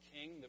King